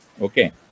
Okay